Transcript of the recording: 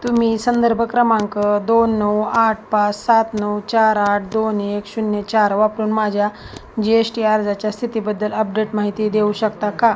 तुम्ही संदर्भ क्रमांक दोन नऊ आठ पाच सात नऊ चार आठ दोन एक शून्य चार वापरून माझ्या जी एश टी अर्जाच्या स्थितीबद्दल अपडेट माहिती देऊ शकता का